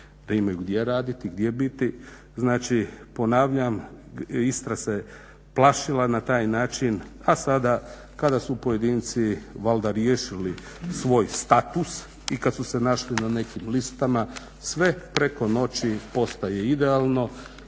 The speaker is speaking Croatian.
da imaju gdje raditi, gdje biti, znači, ponavljam Istra se plašila na taj način a sada kada su pojedinci valjda riješili svoj status i kad su se našli na nekim listama sve preko noći postaje idealno